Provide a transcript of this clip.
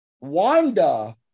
Wanda